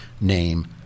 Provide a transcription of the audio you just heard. name